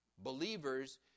Believers